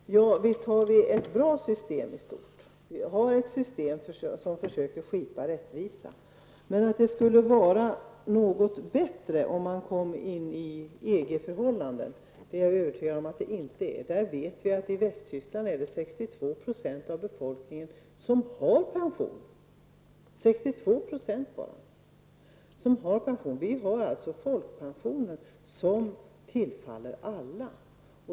Herr talman! Visst har vi i stort ett bra system. Vi har ett system som försöker skipa rättvisa. Men att det skulle bli bättre om man kom in i EG förhållanden tror jag inte. Vi vet att det i Västtyskland bara är 62 % av befolkningen som har pension. Vi har folkpensionen, som tillfaller alla.